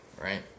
Right